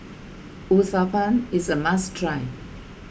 Uthapam is a must try